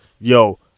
yo